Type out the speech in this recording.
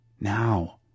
now